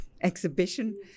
exhibition